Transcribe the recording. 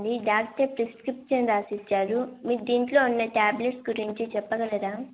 అది doctor prescription రాశచ్చారు మీరు దీంట్లో ఉన్న ట్యాబ్లెట్స్ గురించి చెప్పగలరాా